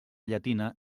llatina